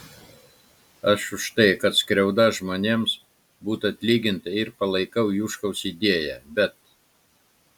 aš už tai kad skriauda žmonėms būtų atlyginta ir palaikau juškaus idėją bet